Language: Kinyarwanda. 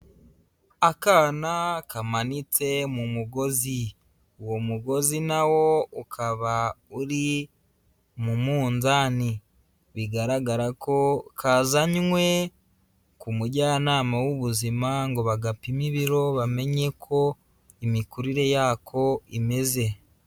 Akana kamanitse mu mugozi, uwo mugozi na wo ukaba uri mu munzani, bigaragara ko kazanywe ku mujyanama w'ubuzima ngo bagapime ibiro, bamenye ko imikurire yako imeze.